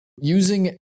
using